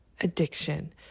addiction